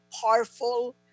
powerful